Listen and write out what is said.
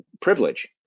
privilege